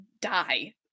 die